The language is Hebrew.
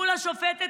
מול השופטת,